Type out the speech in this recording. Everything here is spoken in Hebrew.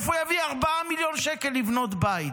מאיפה הוא יביא ארבעה מיליונים שקל לבנות בית?